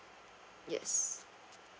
yes